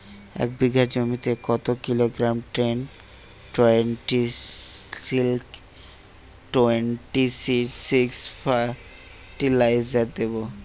এক বিঘা জমিতে কত kilogram ten twenty six twenty six fertiliser দেবো?